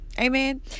amen